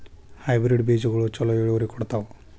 Hybrid ಬೇಜಗೊಳು ಛಲೋ ಇಳುವರಿ ಕೊಡ್ತಾವ?